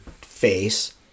face